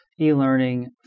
e-learning